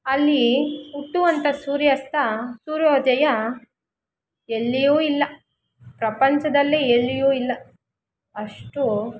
ಅಲ್ಲಿ ಹುಟ್ಟುವಂಥ ಸೂರ್ಯಾಸ್ತ ಸೂರ್ಯೋದಯ ಎಲ್ಲಿಯೂ ಇಲ್ಲ ಪ್ರಪಂಚದಲ್ಲೇ ಎಲ್ಲಿಯೂ ಇಲ್ಲ ಅಷ್ಟು